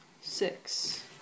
six